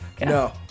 No